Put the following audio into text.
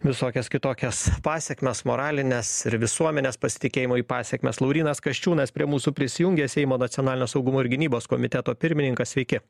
visokias kitokias pasekmes moralines ir visuomenės pasitikėjimui pasekmes laurynas kasčiūnas prie mūsų prisijungė seimo nacionalinio saugumo ir gynybos komiteto pirmininkas sveiki